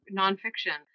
nonfiction